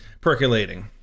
percolating